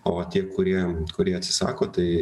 o tie kurie kurie atsisako tai